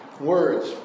words